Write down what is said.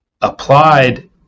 applied